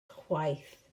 chwaith